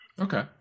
Okay